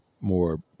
more –